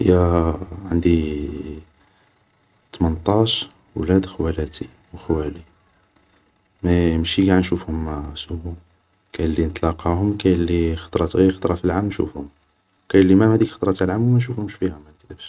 هي عندي تمنطاش ولاد خوالاتي و خوالي مي مشي قاع نشوفهم سوفون, كاين لي نتلاقاهم و كاين الي غي خطرة في العام نشوفهم و كاين لي مام هاديك خطرة تاع العام و منشوفهمش فيها